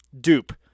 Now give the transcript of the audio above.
dupe